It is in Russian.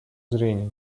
зрения